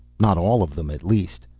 not all of them, at least.